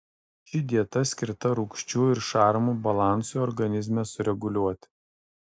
ši dieta skirta rūgščių ir šarmų balansui organizme sureguliuoti